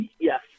Yes